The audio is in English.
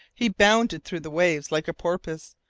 he bounded through the waves like a porpoise,